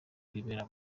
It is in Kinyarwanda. kwibera